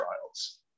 trials